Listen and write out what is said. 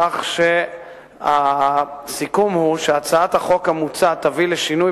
כך שהסיכום הוא שהצעת החוק המוצעת תביא לשינוי